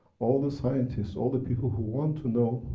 all the scientists, all the people who want to know,